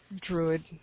druid